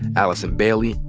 allison bailey,